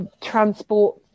transport